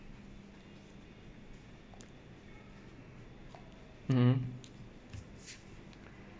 mmhmm